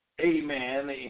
amen